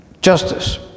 justice